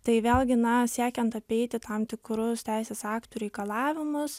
tai vėlgi na siekiant apeiti tam tikrus teisės aktų reikalavimus